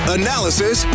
analysis